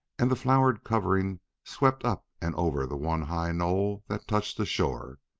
and the flowered covering swept up and over the one high knoll that touched the shore.